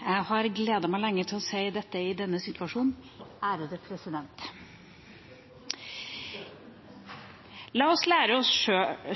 Jeg har gledet meg lenge til å si dette i denne situasjonen: Ærede president! La oss lære oss